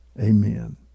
Amen